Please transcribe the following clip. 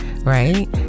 right